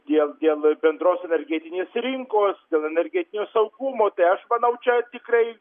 dėl dėl bendros energetinės rinkos dėl energetinio saugumo tai aš manau čia tikrai